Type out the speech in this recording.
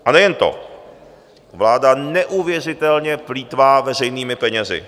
A nejen to, vláda neuvěřitelně plýtvá veřejnými penězi.